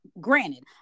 granted